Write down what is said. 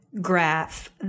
graph